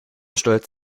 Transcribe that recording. stolz